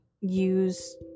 use